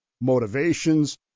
motivations